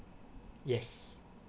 yes